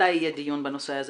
מתי יהיה דיון בנושא הזה,